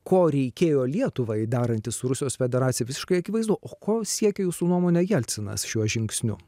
ko reikėjo lietuvai derantis su rusijos federacija visiškai akivaizdu o ko siekia jūsų nuomone jelcinas šiuo žingsniu